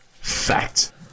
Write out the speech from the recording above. Fact